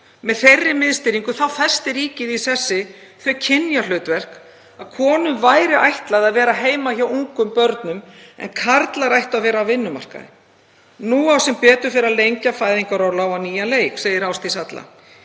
Með þeirri miðstýringu festi ríkið í sessi þau kynjahlutverk að konum væri ætlað að vera heima hjá ungum börnum en karlar ættu að vera á vinnumarkaði. Nú á sem betur fer að lengja fæðingarorlof á nýjan leik. Ýmsir íhaldssamari